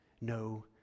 no